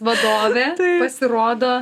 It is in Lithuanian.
vadovė pasirodo